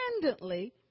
independently